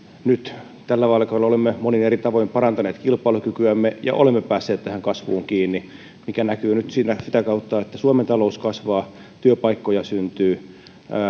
nyt tällä vaalikaudella olemme monin eri tavoin parantaneet kilpailukykyämme ja olemme päässeet tähän kasvuun kiinni mikä näkyy nyt sitä kautta että suomen talous kasvaa työpaikkoja syntyy